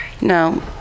No